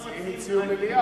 המציעים הציעו מליאה.